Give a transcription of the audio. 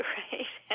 right